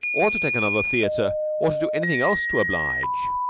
or to take another theater, or do anything else to oblige,